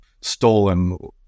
stolen